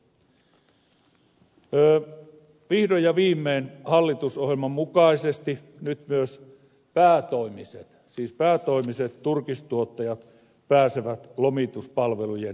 vihdoin ja viimein hallitusohjelman mukaisesti nyt myös päätoimiset siis päätoimiset turkistuottajat pääsevät lomituspalvelujen piiriin